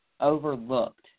overlooked